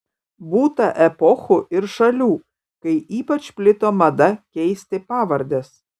būta epochų ir šalių kai ypač plito mada keisti pavardes